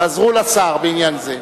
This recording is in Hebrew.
תעזרו לשר בעניין זה.